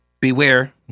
Beware